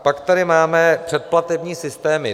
Pak tady máme předplatební systémy.